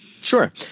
Sure